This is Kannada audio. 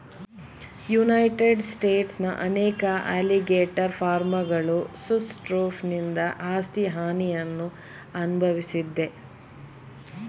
ಯುನೈಟೆಡ್ ಸ್ಟೇಟ್ಸ್ನ ಅನೇಕ ಅಲಿಗೇಟರ್ ಫಾರ್ಮ್ಗಳು ಸುಸ್ ಸ್ಕ್ರೋಫನಿಂದ ಆಸ್ತಿ ಹಾನಿಯನ್ನು ಅನ್ಭವ್ಸಿದೆ